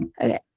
Okay